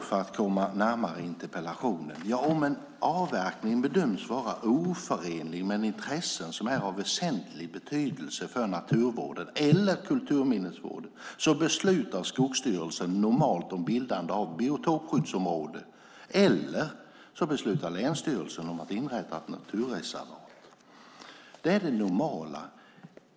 För att komma närmare interpellationen: Om en avverkning bedöms vara oförenlig med intressen som är av väsentlig betydelse för naturvården eller kulturminnesvården beslutar Skogsstyrelsen normalt om bildande av ett biotopskyddsområde, eller så beslutar länsstyrelsen om att inrätta ett naturreservat. Det är det normala.